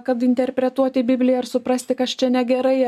kad interpretuoti bibliją ir suprasti kas čia negerai